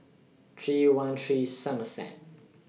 three one three Somerset